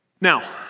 Now